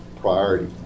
priority